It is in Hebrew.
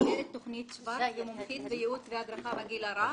מנהלת תוכנית --- ומומחית בייעוץ והדרכה בגיל הרך.